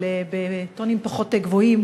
אבל בטונים פחות גבוהים,